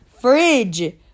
fridge